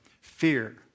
fear